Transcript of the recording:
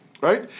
Right